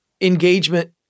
engagement